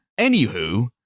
anywho